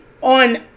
on